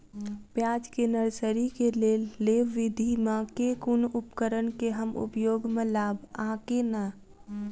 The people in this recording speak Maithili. प्याज केँ नर्सरी केँ लेल लेव विधि म केँ कुन उपकरण केँ हम उपयोग म लाब आ केना?